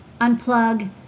unplug